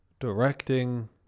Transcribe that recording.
directing